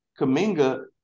Kaminga